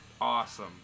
awesome